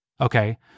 Okay